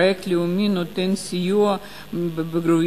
פרויקט לאומי נותן סיוע בבגרויות,